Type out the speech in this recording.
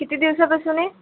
किती दिवसापासून आहे